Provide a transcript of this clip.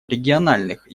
региональных